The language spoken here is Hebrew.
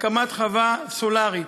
הקמת חווה סולרית,